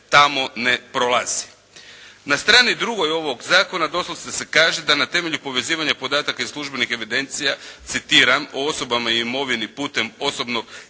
tamo ne prolazi. Na strani 2. ovog zakona doslovce se kaže da na temelju povezivanja podataka iz službenih evidencija, citiram, o osobama i imovini putem osobnog